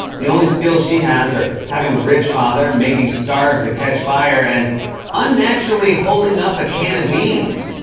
the only skills she has are having a rich father, making scarves that catch fire, and unnaturally holding up a can of beans,